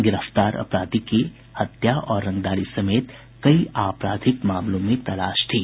गिरफ्तार अपराधी की हत्या और रंगदारी समेत कई आपराधिक मामलों में तलाश थी